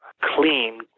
clean